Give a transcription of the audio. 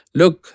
look